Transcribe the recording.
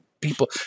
people